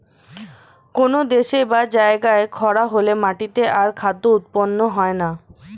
কোন দেশে বা জায়গায় খরা হলে মাটিতে আর খাদ্য উৎপন্ন হয় না